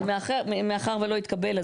מאחר שזה לא התקבל,